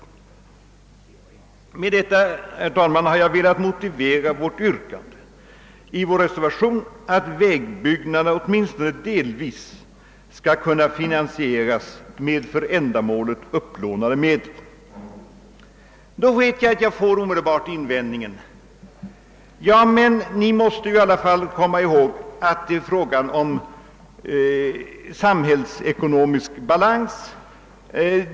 Med dessa ord, herr talman, har jag velat motivera yrkandet i vår reservation 1 b att vägbyggnader åtminstone delvis skulle kunna finansieras med för ändamålet upplånade medel. Jag vet att jag omedelbart får möta invändningen, att man ändå måste komma ihåg frågan om den samhällsekonomiska balansen.